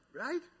right